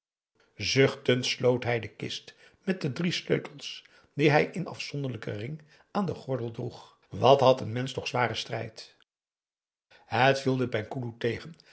zuchtend sloot hij de kist met de drie sleutels die hij in een afzonderlijken ring aan den gordel droeg wat had een mensch toch zwaren strijd het viel den penghoeloe tegen